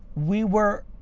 we were,